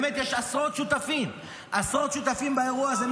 באמת, יש עשרות שותפים, עשרות שותפים באירוע הזה.